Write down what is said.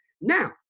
Now